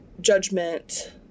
judgment